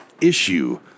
issue